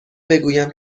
بگویم